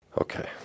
Okay